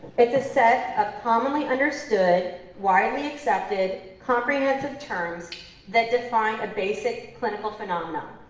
it's a set of commonly understood, widely accepted, comprehensive terms that define a basic clinical phenomenon.